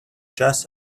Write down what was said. just